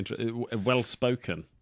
well-spoken